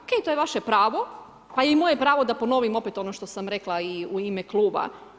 OK, to je vaše pravo pa je i moje pravo da ponovim opet ono što sam rekla i u ime kluba.